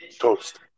Toast